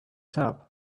top